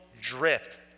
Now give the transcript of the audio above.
drift